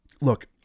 look